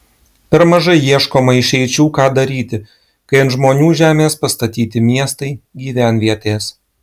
per mažai ieškoma išeičių ką daryti kai ant žmonių žemės pastatyti miestai gyvenvietės